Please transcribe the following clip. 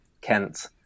Kent